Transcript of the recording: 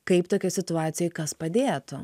kaip tokioj situacijoj kas padėtų